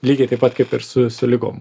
lygiai taip pat kaip ir su su ligom